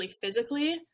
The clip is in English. physically